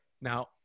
now